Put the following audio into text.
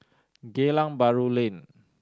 Geylang Bahru Lane